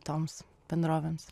toms bendrovėms